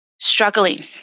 struggling